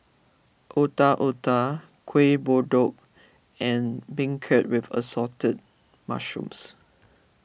Otak Otak Kuih Kodok and Beancurd with Assorted Mushrooms